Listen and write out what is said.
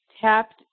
tapped